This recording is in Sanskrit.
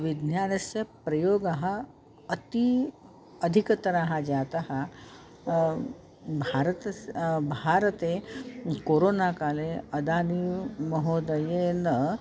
विज्ञानस्य प्रयोगः अतीव अधिकतरः जातः भारतस्य भारते कोरोना काले अदानीमहोदयेन